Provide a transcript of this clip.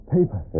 Paper